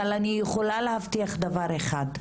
אבל אני יכולה להבטיח דבר אחד,